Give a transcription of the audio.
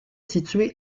situé